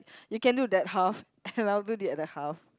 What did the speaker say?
you can do that half and I'll do the other half